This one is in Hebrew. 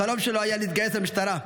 החלום שלו היה להתגייס למשטרה,